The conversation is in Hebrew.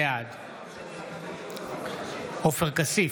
בעד עופר כסיף,